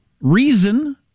reason